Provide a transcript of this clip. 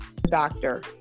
Doctor